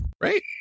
right